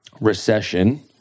recession